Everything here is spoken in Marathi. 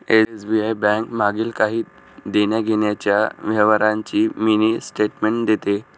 एस.बी.आय बैंक मागील काही देण्याघेण्याच्या व्यवहारांची मिनी स्टेटमेंट देते